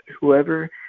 whoever